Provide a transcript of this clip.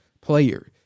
player